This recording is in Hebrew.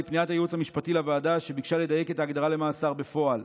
לפניית הייעוץ המשפטי לוועדה שביקשה לדייק את ההגדרה ל"מאסר בפועל".